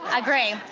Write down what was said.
agree,